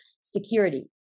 security